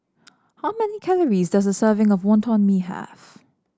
how many calories does a serving of Wonton Mee have